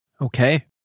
Okay